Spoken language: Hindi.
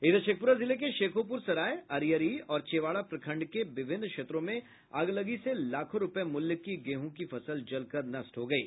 इधर शेखपुरा जिले के शेखोपुर सराय अरियरी और चेवाड़ा प्रखंड के विभिन्न क्षेत्रों में अगलगी से लाखों रूपये मूल्य की गेहूँ की फसल जल कर नष्ट हो गयी